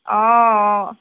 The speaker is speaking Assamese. অঁ অঁ